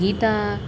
गीता